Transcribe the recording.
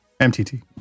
MTT